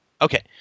Okay